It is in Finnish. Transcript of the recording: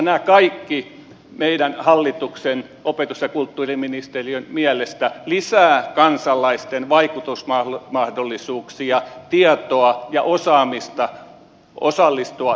nämä kaikki hallituksen sekä opetus ja kulttuuriministeriön mielestä lisäävät kansalaisten vaikutusmahdollisuuksia tietoa ja osaamista osallistua